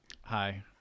Hi